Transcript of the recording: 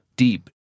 deep